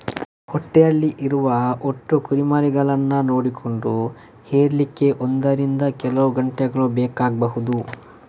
ಹೊಟ್ಟೆಯಲ್ಲಿ ಇರುವ ಒಟ್ಟು ಕುರಿಮರಿಗಳನ್ನ ನೋಡಿಕೊಂಡು ಹೆರ್ಲಿಕ್ಕೆ ಒಂದರಿಂದ ಕೆಲವು ಗಂಟೆಗಳು ಬೇಕಾಗ್ಬಹುದು